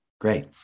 Great